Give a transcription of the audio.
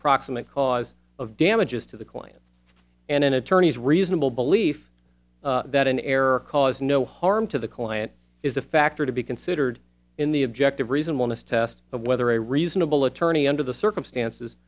a proximate cause of damages to the client and an attorney's reasonable belief that an error caused no harm to the client is a factor to be considered in the objective reason wellness test of whether a reasonable attorney under the circumstances